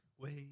Wait